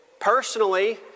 personally